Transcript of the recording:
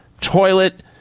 toilet